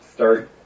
Start